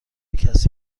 کسی